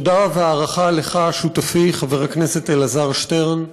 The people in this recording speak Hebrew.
תודה והערכה לך, שותפי חבר הכנסת אלעזר שטרן.